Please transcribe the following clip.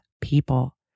people